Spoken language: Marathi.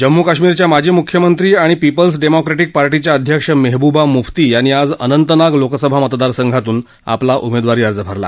जम्मू कश्मिरच्या माजी मुख्यमंत्री आणि पीपल्स डेमॉक्रेटिक पार्टीच्या अध्यक्ष मेहबूबा मुफ्ती यांनी आज अनंतनाग लोकसभा मतदारसंघातून आपला उमेदवारी अर्ज भरला